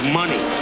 money